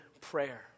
prayer